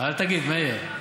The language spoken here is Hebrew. אל תגיד, מאיר,